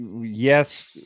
yes